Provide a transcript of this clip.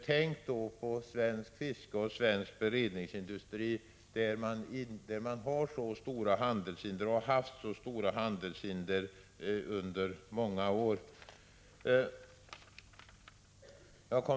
Tänk då på svenskt fiske och på svensk beredningsindustri, där man har så stora handelshinder sedan många år tillbaka.